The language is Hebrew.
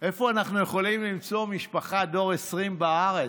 איפה אנחנו יכולים למצוא משפחה דור 20 בארץ?